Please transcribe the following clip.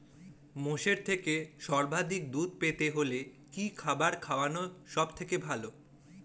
মোষের থেকে সর্বাধিক দুধ পেতে হলে কি খাবার খাওয়ানো সবথেকে ভালো?